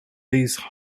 these